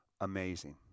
Amazing